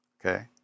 Okay